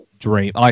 dream